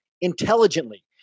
intelligently